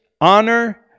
honor